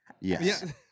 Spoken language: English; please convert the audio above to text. Yes